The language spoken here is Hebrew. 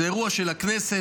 זה אירוע של הכנסת,